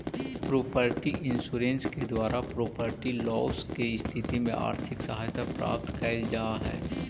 property insurance के द्वारा property loss के स्थिति में आर्थिक सहायता प्राप्त कैल जा हई